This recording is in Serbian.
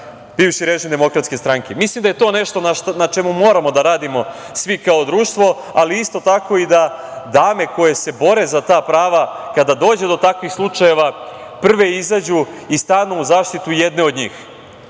bivši režim DS.Mislim da je to nešto na čemu moramo da radimo svi kao društvo, ali isto tako, da i dame koje se bore za ta prava, kada dođe do takvih slučajeva, prve izađu i stanu u zaštitu jedne od njih,